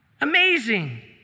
Amazing